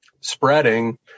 spreading